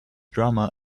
drama